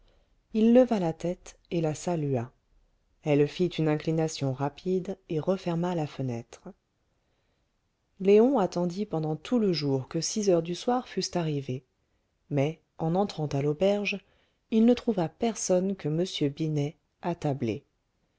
il leva la tête et la salua elle fit une inclination rapide et referma la fenêtre léon attendit pendant tout le jour que six heures du soir fussent arrivées mais en entrant à l'auberge il ne trouva personne que m binet attablé